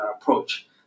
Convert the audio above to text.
approach